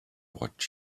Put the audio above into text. what